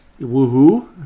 Woohoo